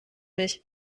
mich